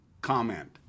comment